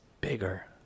bigger